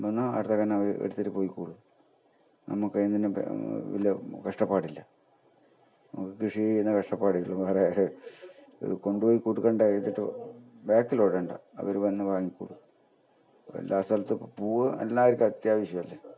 വന്നാ അവര് തന്നെ അവര് എടുത്തിട്ട് പൊയ്ക്കോളും നമുക്ക് അതിനു വലിയ കഷ്ടപ്പാട് ഇല്ല നമുക്ക് കൃഷി ചെയ്യുന്ന കഷ്ടപ്പാടേ ഉള്ളൂ വേറെ ഇത് കൊണ്ടുപോയി കൊണ്ടുക്കേണ്ട എടുത്തിട്ടു ബാക്കിൽ ഓടേണ്ട അവര് വന്ന് വാങ്ങിക്കോളും എല്ലാ സ്ഥലത്തും പൂവ് എല്ലായിരിക്കും അത്യാവശ്യം അല്ലെ